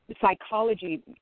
psychology